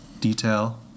detail